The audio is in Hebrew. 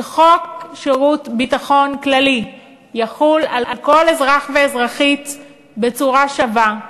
שחוק שירות ביטחון כללי יחול על כל אזרח ואזרחית בצורה שווה,